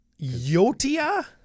Yotia